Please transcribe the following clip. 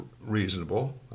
reasonable